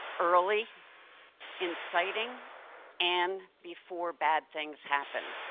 early in citing and before bad things happen.